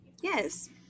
Yes